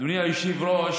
אדוני היושב-ראש,